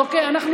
אוקיי, את יכולה.